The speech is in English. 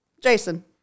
Jason